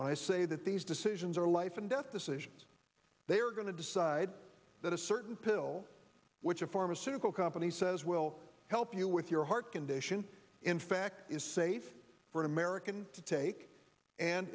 when i say that these decisions are life and death decisions they are going to decide that a certain pill which a pharmaceutical company says will help you with your heart condition in fact is safe for americans to take an